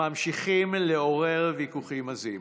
ממשיכים לעורר ויכוחים עזים.